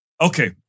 okay